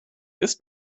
ist